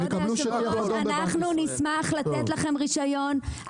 כבוד היושב ראש, אנחנו נשמח לתת לכם רישיון.